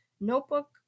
Notebook